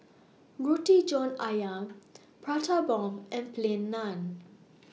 Roti John Ayam Prata Bomb and Plain Naan